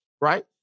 right